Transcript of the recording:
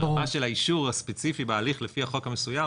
בהלכה של האישור הספציפי בהליך לפי החוק המסוים